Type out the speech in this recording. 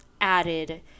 added